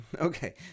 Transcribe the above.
Okay